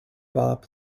bop